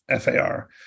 FAR